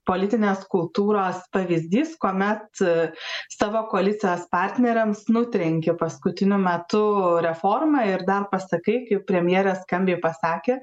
politinės kultūros pavyzdys kuomet savo koalicijos partneriams nutrenki paskutiniu metu reformą ir dar pasakai kaip premjerė skambiai pasakė